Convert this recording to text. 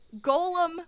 golem